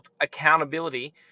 accountability